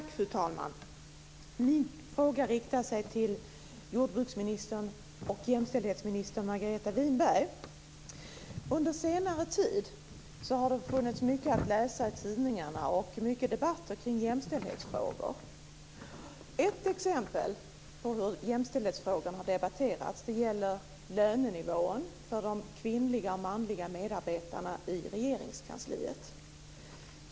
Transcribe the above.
Fru talman! Min fråga riktar sig till jordbruksminister och jämställdhetsminister Margareta Winberg. Under senare tid har det funnits mycket att läsa i tidningarna och mycket debatter kring jämställdhetsfrågor. Ett exempel på hur jämställdhetsfrågorna har debatterats är debatten om lönenivån för de kvinnliga och manliga medarbetarna i Regeringskansliet.